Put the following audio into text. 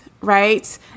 right